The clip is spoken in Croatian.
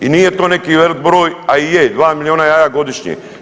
I nije to neki velik broj, a i je, 2 milijuna jaja godišnje.